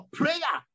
prayer